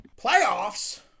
Playoffs